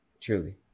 truly